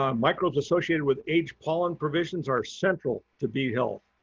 um microbes associated with aged pollen provisions are central to bee health.